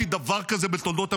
אותו?